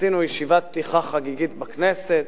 עשינו ישיבת פתיחה חגיגית בכנסת,